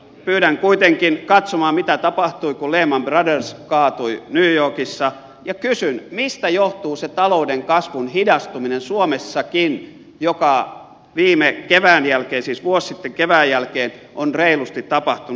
pyydän kuitenkin katsomaan mitä tapahtui kun lehman brothers kaatui new yorkissa ja kysyn mistä johtuu se talouden kasvun hidastuminen suomessakin joka viime kevään jälkeen siis vuosi sitten kevään jälkeen on reilusti tapahtunut